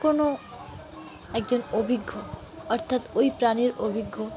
কোনো একজন অভিজ্ঞ অর্থাৎ ওই প্রাণীর অভিজ্ঞ